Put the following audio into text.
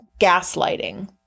gaslighting